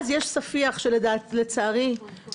רגע.